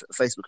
Facebook